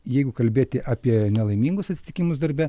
jeigu kalbėti apie nelaimingus atsitikimus darbe